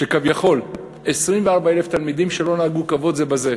שכביכול 24,000 תלמידים לא נהגו כבוד זה בזה.